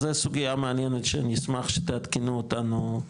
אז זה סוגייה מעניינת שנשמח שתעדכנו אותנו,